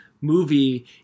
movie